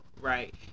right